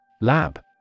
Lab